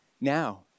now